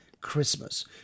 Christmas